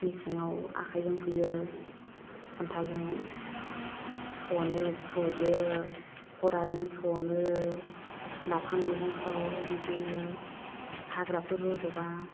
मेसेङाव आखायजों फुयो खन्थाजों सनो फुयो खदालजों सनो लाफा मैगंफ्राव बिदिनो हाग्राफोर रज'बा